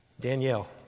Danielle